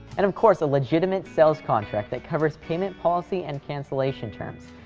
and of course a legitimate sales contract that covers payment policy and cancellation terms,